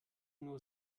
nur